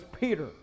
Peter